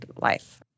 life